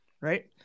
right